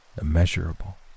immeasurable